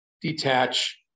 detach